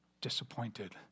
disappointed